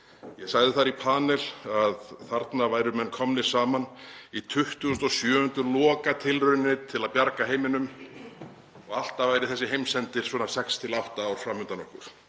Ég sagði þar í panel að þarna væru menn komnir saman í 27. lokatilraun til að bjarga heiminum og alltaf væri þessi heimsendir svona sex til átta ár fram undan okkur.